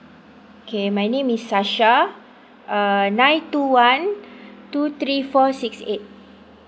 okay my name is sasha err nine two one two three four six eight